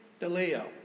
DeLeo